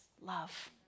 love